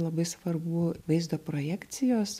labai svarbu vaizdo projekcijos